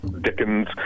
Dickens